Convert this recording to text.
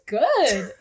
good